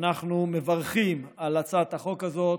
ואנחנו מברכים על הצעת החוק הזאת